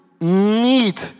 need